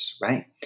right